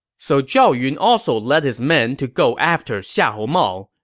so zhao yun also led his men to go after xiahou mao.